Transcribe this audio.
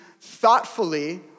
thoughtfully